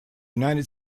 united